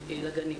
ולגנים.